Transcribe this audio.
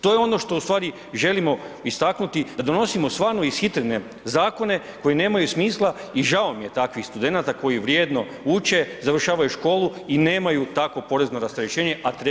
To je ono što ustvari želimo istaknuti, da donosimo stvarno ishitrene zakone koji nemaju smisla i žao mi je takvih studenata koji vrijedno uče, završavaju školu i nemaju takvo porezno rasterećenje, a trebali bi imati.